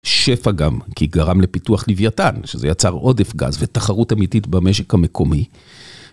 שפע גם כי גרם לפיתוח לוויתן שזה יצר עודף גז ותחרות אמיתית במשק המקומי